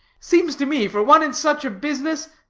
seems to me, for one in such a business,